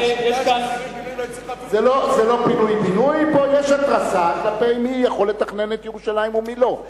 פה יש התרסה כלפי מי יכול לתכנן את ירושלים ומי לא.